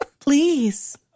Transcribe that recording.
Please